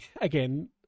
again